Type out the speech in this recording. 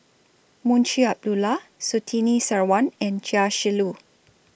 Munshi Abdullah Surtini Sarwan and Chia Shi Lu